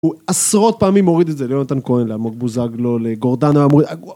הוא עשרות פעמים הוריד את זה ליונתן כהן, לאלמוג בוזגלו, לגורדנה...